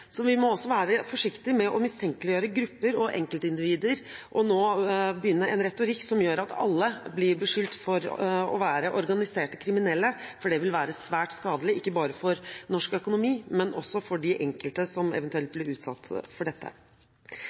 Så vi må være forsiktige med å mistenkeliggjøre grupper og enkeltindivider og nå begynne med en retorikk som gjør at alle blir beskyldt for å være organiserte kriminelle, for det vil være svært skadelig, ikke bare for norsk økonomi, men også for de enkelte som eventuelt blir utsatt for dette. Det er liten tvil om at denne regjeringen tar dette